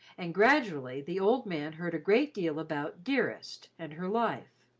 and gradually the old man heard a great deal about dearest and her life.